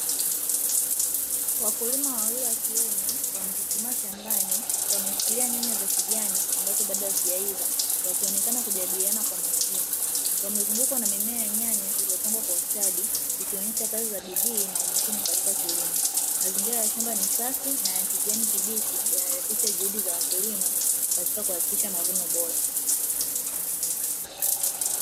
Wakulima wawili wakiume wakilima shambani, wameshikilia nyanya za kijani ambazo bado hazijaiva wanaonekana wakijadiliana kwa makini. Wamezungukwa na mimea ya nyanya iliyopangwa kwa ustadi ikionesha kazi kwa bidii, mazingira ya shamba ni safi na yakijani kibichi yanaonesha juhudi za wakulima katika kuhakikisha mazao bora.